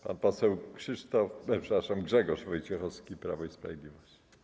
Pan poseł Krzysztof, przepraszam, Grzegorz Wojciechowski, Prawo i Sprawiedliwość.